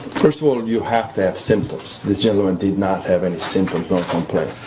first of all, you have to have symptoms. the gentleman did not have any symptoms or complain.